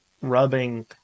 rubbing